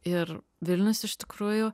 ir vilnius iš tikrųjų